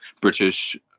British